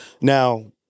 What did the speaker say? Now